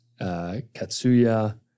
Katsuya